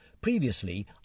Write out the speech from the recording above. Previously